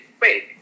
wait